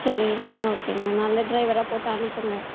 சரி ஓகேங்க நல்ல ட்ரைவராக போட்டு அனுப்புங்க